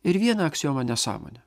ir vieną aksiomą nesąmonę